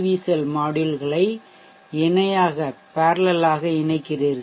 we செல் மாட்யூல்களையும் இணையாக பேரலெல் இணைக்கிறீர்கள்